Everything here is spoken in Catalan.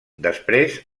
després